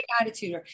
attitude